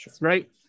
right